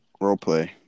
roleplay